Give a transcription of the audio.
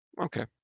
Okay